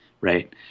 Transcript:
right